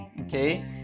okay